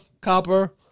copper